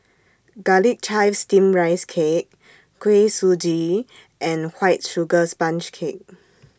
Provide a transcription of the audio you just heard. Garlic Chives Steamed Rice Cake Kuih Suji and White Sugar Sponge Cake